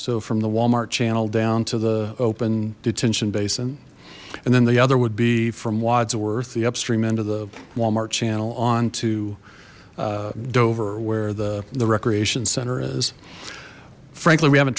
so from the walmart channel down to the open detention basin and then the other would be from wodsworth the upstream end of the walmart channel on to dover where the the recreation center is frankly we haven't